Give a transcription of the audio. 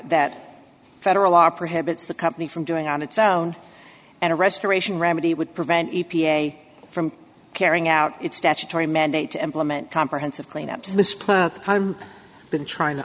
that federal law prohibits the company from doing on its own and a restoration remedy would prevent e p a from carrying out its statutory mandate to implement comprehensive clean up to this perp been trying to